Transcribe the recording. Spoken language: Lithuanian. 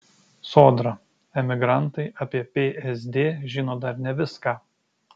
sodra emigrantai apie psd žino dar ne viską